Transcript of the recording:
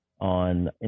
on